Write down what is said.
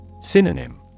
Synonym